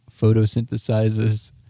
photosynthesizes